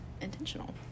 intentional